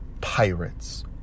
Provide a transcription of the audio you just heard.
pirates